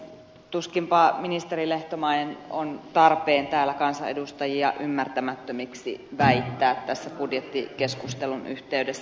tuskinpa ministeri lehtomäen on tarpeen täällä kansanedustajia ymmärtämättömiksi väittää tässä budjettikeskustelun yhteydessä